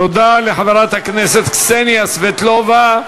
תודה לחברת הכנסת קסניה סבטלובה.